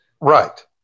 Right